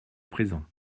présent